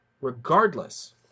regardless